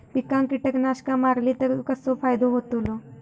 पिकांक कीटकनाशका मारली तर कसो फायदो होतलो?